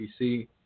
PC